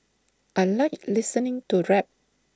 I Like listening to rap